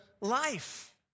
life